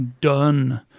Done